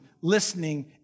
listening